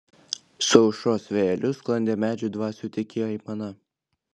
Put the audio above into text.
su aušros vėjeliu sklandė medžių dvasių tyki aimana